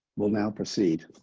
we'll now proceed